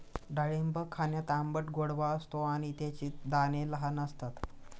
डाळिंब खाण्यात आंबट गोडवा असतो आणि त्याचे दाणे लहान असतात